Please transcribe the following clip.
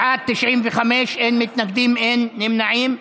בעד, 95, אין מתנגדים, אין נמנעים.